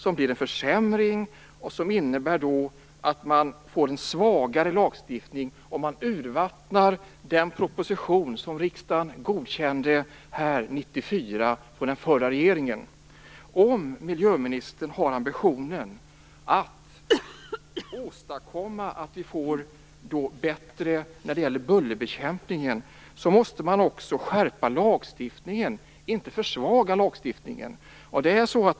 Det blir en försämring och innebär att man får en svagare lagstiftning. Man urvattnar den proposition från den förra regeringen som riksdagen godkände Om miljöministern har ambitionen att åstadkomma att vi får en bättre bullerbekämpning innebär det också att lagstiftningen måste skärpas och inte försvagas.